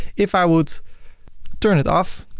if i would turn it off,